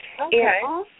Okay